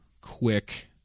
quick